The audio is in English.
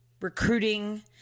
Recruiting